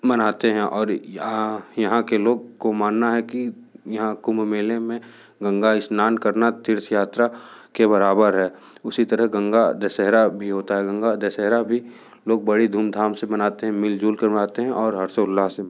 मनाते हैं और यहाँ यहाँ के लोग को मानना है कि यहाँ कुम्भ मेले में गंगा स्नान करना तीर्थ यात्रा के बराबर है उसी तरह गंगा दशहरा भी होता है गंगा दशहरा भी लोग बड़ी धूम धाम से मनाते हैं मिल जुलकर मनाते हैं और हर्षोल्लास से मनाते हैं